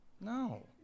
No